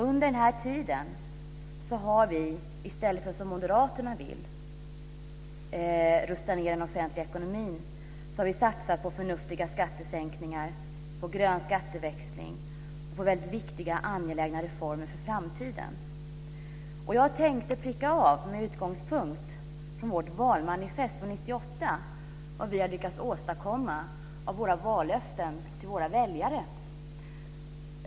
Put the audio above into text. Under denna tid har vi - i stället för att rusta ned den offentliga ekonomin, som Moderaterna vill - satsat på förnuftiga skattesänkningar, på grön skatteväxling och på väldigt viktiga och angelägna reformer för framtiden. Med utgångspunkt från vårt valmanifest 1998 tänkte jag pricka av vad vi har lyckats åstadkomma när det gäller vallöften till våra väljare.